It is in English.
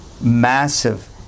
massive